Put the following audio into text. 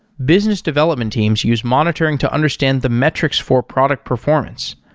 business development teams use monitoring to understand the metrics for product performance.